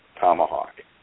Tomahawk